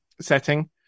setting